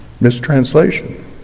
Mistranslation